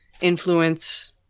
influence